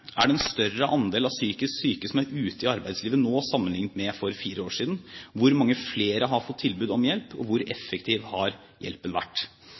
Er det en større andel av psykisk syke som er ute i arbeidslivet nå, sammenlignet med for fire år siden? Hvor mange flere har fått tilbud om hjelp? Og hvor effektiv har hjelpen vært?